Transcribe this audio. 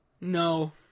No